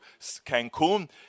Cancun